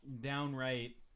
downright